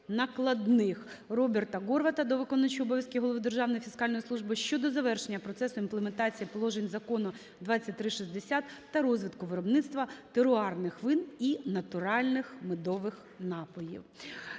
накладних. Роберта Горвата до виконуючого обов'язки голови Державної фіскальної служби щодо завершення процесу імплементації положень Закону 2360 та розвитку виробництва теруарних вин і натуральних медових напоїв.